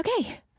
Okay